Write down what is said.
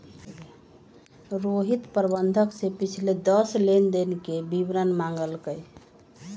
रोहित प्रबंधक से पिछले दस लेनदेन के विवरण मांगल कई